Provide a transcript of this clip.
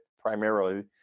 primarily